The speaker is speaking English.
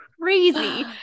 Crazy